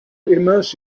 immerse